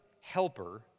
helper